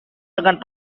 dengan